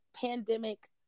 Pandemic